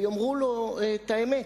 ויאמרו לו את האמת,